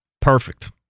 Perfect